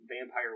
Vampire